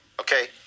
okay